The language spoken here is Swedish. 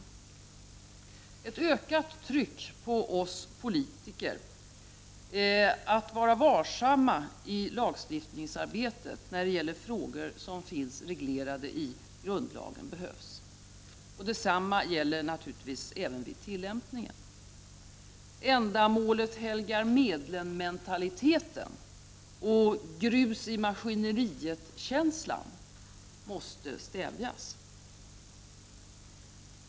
Det behövs ett ökat tryck på oss politiker att vara varsamma i lagstiftningsarbetet när det gäller frågor som finns reglerade i grundlagen. Detsamma gäller naturligtvis även vid tillämpningen. Ändamålet-helgar-medlen-mentaliteten och grus-i-maskineriet-känslan måste stävjas.